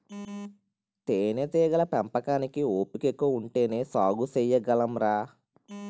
తేనేటీగల పెంపకానికి ఓపికెక్కువ ఉంటేనే సాగు సెయ్యగలంరా